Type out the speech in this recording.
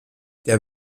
der